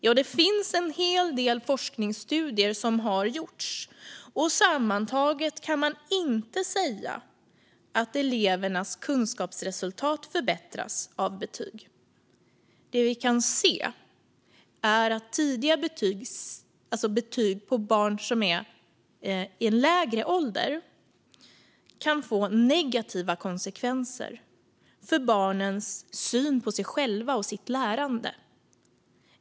Det har gjorts en hel del forskningsstudier, och sammantaget kan man inte säga att elevernas kunskapsresultat förbättras av betyg. Det vi kan se är att tidiga betyg, alltså betyg på barn som är i lägre ålder, kan få negativa konsekvenser för barnens syn på sig själva och sitt lärande.